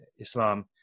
islam